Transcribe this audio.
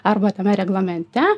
arba tame reglamente